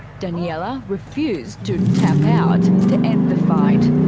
daniela refused to tap out to end the fight,